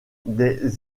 des